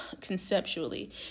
conceptually